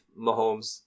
Mahomes